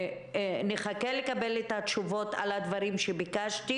נחכה לקבל את התשובות על הדברים שביקשתי